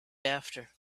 after